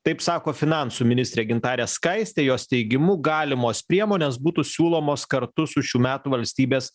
taip sako finansų ministrė gintarė skaistė jos teigimu galimos priemonės būtų siūlomos kartu su šių metų valstybės